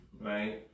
right